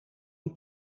een